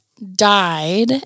died